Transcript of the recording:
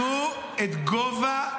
"ואהבת לרעך